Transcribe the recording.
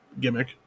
gimmick